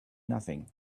nothing